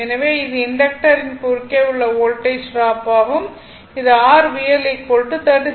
எனவே இது இண்டக்டரின் குறுக்கே உள்ள வோல்டேஜ் ட்ராப் ஆகும் இது r VL 39